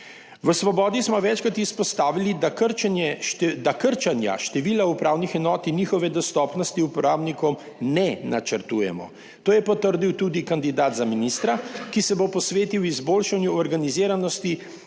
V Svobodi smo večkrat izpostavili, da krčenje, da krčenja števila upravnih enot in njihove dostopnosti uporabnikom ne načrtujemo. To je potrdil tudi kandidat za ministra, ki se bo posvetil izboljšanju organiziranosti